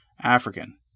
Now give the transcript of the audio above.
African